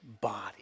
body